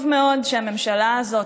טוב מאוד שהממשלה הזאת,